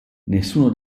nessuno